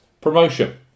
promotion